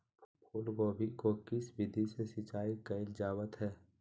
फूलगोभी को किस विधि से सिंचाई कईल जावत हैं?